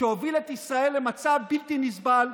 שהוביל את ישראל למצב בלתי נסבל.